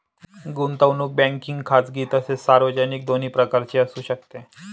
गुंतवणूक बँकिंग खाजगी तसेच सार्वजनिक दोन्ही प्रकारची असू शकते